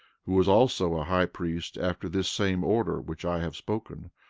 who was also a high priest after this same order which i have spoken,